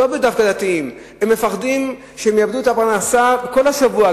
הם פוחדים שיאבדו את הפרנסה כל השבוע,